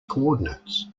coordinates